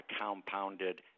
compounded